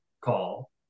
call